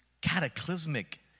cataclysmic